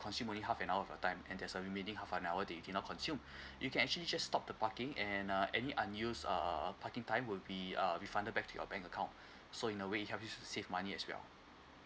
consume only half an hour of your time and there's a remaining half an hour they did not consume you can actually just stop the parking and uh any unused err parking time would be uh refunded back to your bank account so in a way it helps you to save money as well